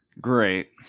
great